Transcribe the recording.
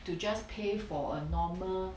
to just pay for a normal